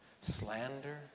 Slander